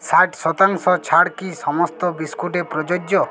ষাট শতাংশ ছাড় কি সমস্ত বিস্কুটে প্রযোজ্য